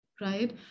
right